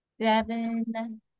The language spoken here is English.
seven